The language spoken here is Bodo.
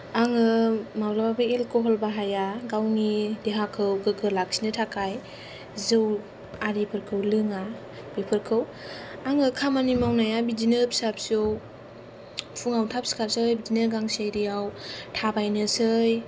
आङो माब्लाबाबो एलक'हल बाहाया गावनि देहाखौ गोग्गो लाखिनो थाखाय जौ आरिफोरखौ लोङा बेफोरखौ आङो खामानि मावनाया बिदिनो फिसा फिसौ फुंआव थाब सिखारनोसै बिदिनो गांसो एरियाव थाबायनोसै